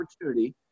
opportunity